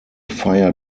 fire